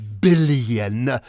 billion